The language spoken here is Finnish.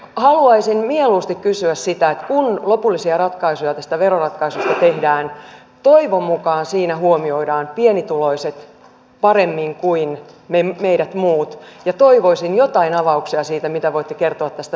haluaisin mieluusti kysyä sitä että kun lopullisia ratkaisuja tästä veroratkaisusta tehdään toivon mukaan siinä huomioidaan pienituloiset paremmin kuin meidät muut ja toivoisin jotain avauksia siitä mitä voitte kertoa tästä verohuojennuksen profiilista